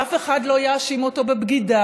ואף אחד לא יאשים אותו בבגידה.